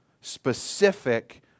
specific